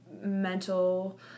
mental